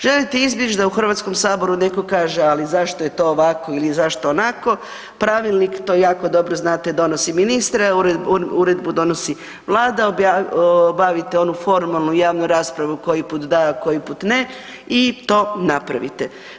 Želite izbjeći da u HS neko kaže ali zašto je to ovako ili zašto onako, pravilnik to jako dobro znate donosi ministar, uredbu donosi Vlada, obavite onu formalno javnu raspravu koji put da, a koji put ne i to napravite.